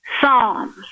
Psalms